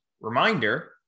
reminder